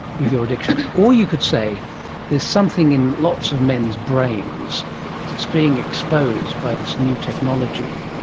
with your addiction, or you could say there's something in lots of men's brains that is being exposed by this new technology,